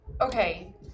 Okay